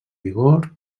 vigor